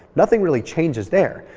nothing really changes there.